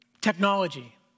Technology